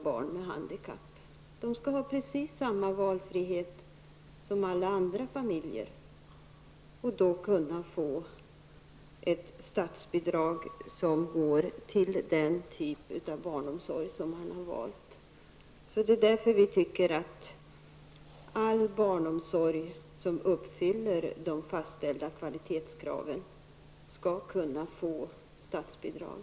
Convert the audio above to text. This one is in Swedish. Dessa familjer skall ha precis samma valfrihet som alla andra familjer. Det skall vara möjligt med statsbidrag som går till den typ av barnomsorg som man har valt. Mot den bakgrunden tycker vi att all barnomsorg som uppfyller fastställda kvalitetskrav skall kunna få statsbidrag.